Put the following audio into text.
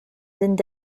sind